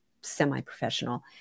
semi-professional